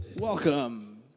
Welcome